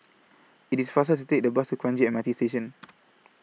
IT IS faster to Take The Bus to Kranji M R T Station